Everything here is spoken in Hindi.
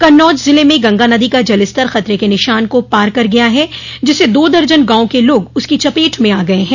कन्नौज जिले में गंगा नदी का जलस्तर खतरे के निशान को पार कर गया है जिसस दो दर्जन गांव के लोग उसकी चपेट में आ गये हैं